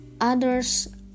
others